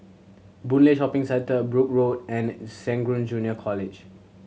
Boon Lay Shopping Centre Brooke Road and Serangoon Junior College